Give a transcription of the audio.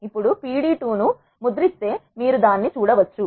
ఇప్పుడు pd2 ను print చేస్తే లేదా ముద్రిస్తే మీరు దానిని చూడవచ్చు